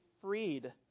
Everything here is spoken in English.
freed